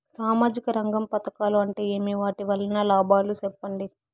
సామాజిక రంగం పథకాలు అంటే ఏమి? వాటి వలన లాభాలు సెప్పండి?